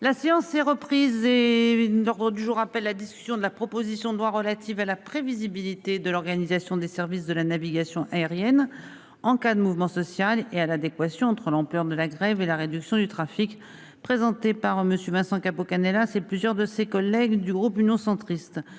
La séance est reprise. L'ordre du jour appelle la discussion, à la demande du groupe Union Centriste, de la proposition de loi relative à la prévisibilité de l'organisation des services de la navigation aérienne en cas de mouvement social et à l'adéquation entre l'ampleur de la grève et la réduction du trafic, présentée par M. Vincent Capo-Canellas et plusieurs de ses collègues (proposition